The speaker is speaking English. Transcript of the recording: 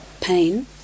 pain